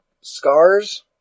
scars